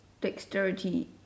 Dexterity